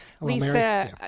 Lisa